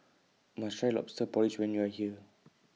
My Try Lobster Porridge when YOU Are here